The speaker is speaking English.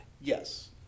Yes